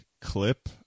clip